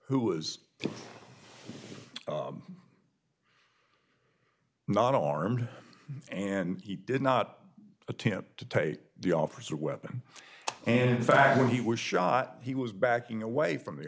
was not armed and he did not attempt to take the officer weapon and in fact when he was shot he was backing away from the